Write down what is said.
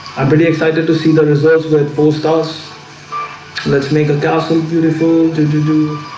i'm pretty excited to see the reserves with posters let's make a thousand beautiful. did you do?